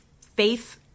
faith